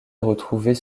retrouvés